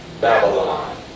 Babylon